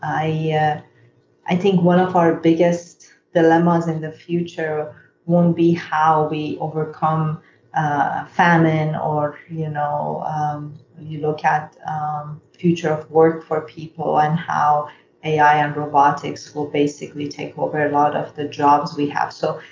i yeah i think one of our biggest dilemma's in the future won't be how we overcome ah famine or you know you look at future of work for people and how ai and robotics will basically take over a lot of the jobs we have so,